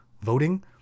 voting